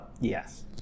Yes